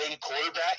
quarterback